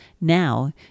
Now